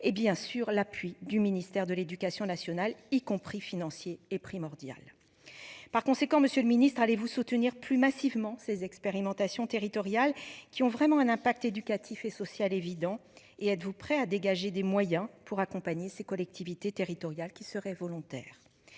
et bien sûr l'appui du ministère de l'Éducation nationale, y compris financier est primordial. Par conséquent monsieur le ministre allez-vous soutenir plus massivement ses expérimentations territoriale qui ont vraiment un impact éducatif et social évident et êtes-vous prêt à dégager des moyens pour accompagner ces collectivités territoriales qui seraient volontaires.